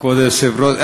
כבוד היושב-ראש,